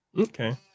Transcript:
Okay